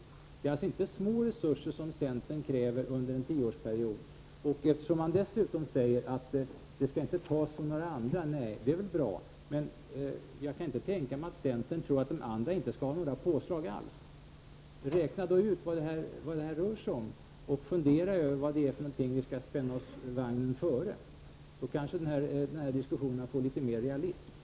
Centern kräver alltså inte små resurser under en tioårsperiod. Dessutom säger man att resurserna inte skall tas från något annat universitet. Det är väl bra. Men jag kan inte tänka mig att centern tror att de andra universiteten inte skall ha några påslag alls. Räkna ut vad detta rör sig om och fundera kring vad det är vi skall ta på oss för åtaganden! Då kanske denna diskussion blir litet mera realistisk.